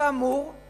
כאמור,